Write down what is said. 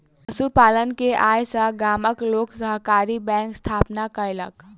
पशु पालन के आय सॅ गामक लोक सहकारी बैंकक स्थापना केलक